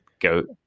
Goat